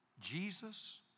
Jesus